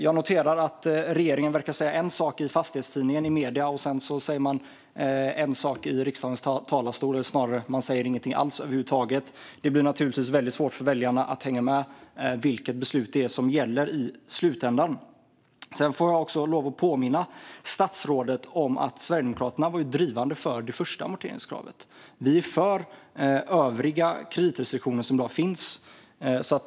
Jag noterar att regeringen verkar säga en sak i Fastighetstidningen och i medierna, och sedan säger man en annan sak i riksdagens talarstol - eller snarare säger man ingenting alls. Det blir naturligtvis väldigt svårt för väljarna att hänga med på vilket beslut det är som gäller i slutändan. Jag får också lov att påminna statsrådet om att Sverigedemokraterna var drivande för det första amorteringskravet. Vi är för de övriga kreditrestriktioner som i dag finns.